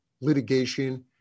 litigation